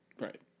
right